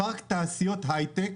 פארק תעשיות הייטק